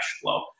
flow